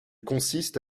consiste